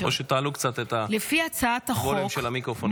או שתעלו קצת את הווליום של המיקרופון,